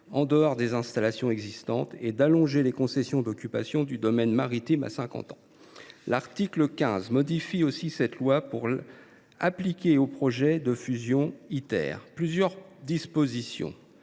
en dehors des installations existantes et d’allonger les concessions d’occupation du domaine maritime à cinquante ans. L’article 15 modifie aussi cette loi pour appliquer plusieurs dispositions